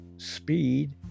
speed